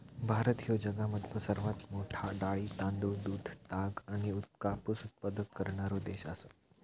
भारत ह्यो जगामधलो सर्वात मोठा डाळी, तांदूळ, दूध, ताग आणि कापूस उत्पादक करणारो देश आसा